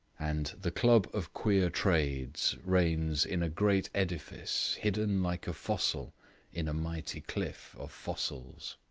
and the club of queer trades reigns in a great edifice hidden like a fossil in a mighty cliff of fossils.